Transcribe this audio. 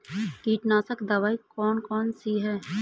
कीटनाशक दवाई कौन कौन सी हैं?